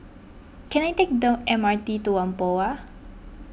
can I take the M R T to Whampoa